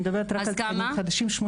אני מדברת רק על תקנים חדשים.